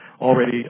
already